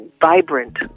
vibrant